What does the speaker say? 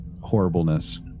horribleness